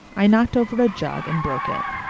i knocked over a jug and broke it.